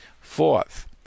Fourth